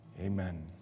Amen